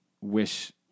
wish